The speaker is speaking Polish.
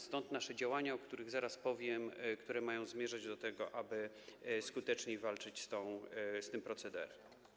Stąd nasze działania, o których zaraz powiem, które mają zmierzać do tego, aby skuteczniej walczyć z tym procederem.